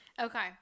Okay